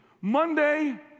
Monday